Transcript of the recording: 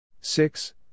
six